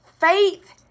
Faith